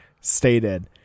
stated